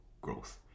growth